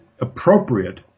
appropriate